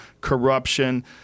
corruption